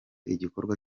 igikorwa